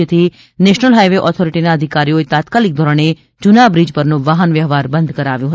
જેથી national highway ઓથોરીટીના અધિકારીઓએ તાત્કાલિક ધોરણે જૂના બ્રિજ પરનો વાહન વ્યવહાર બંધ કરાવ્યો હતો